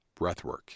breathwork